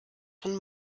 von